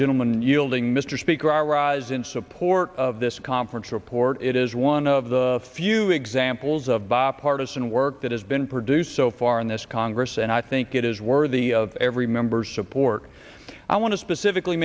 yielding mr speaker our ra's in support of this conference report it is one of the few examples of bipartisan work that has been produced so far in this congress and i think it is worthy of every member support i want to specifically